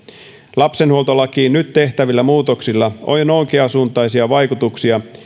lapsenhuoltolakiin nyt tehtävillä muutoksilla on oikeasuuntaisia vaikutuksia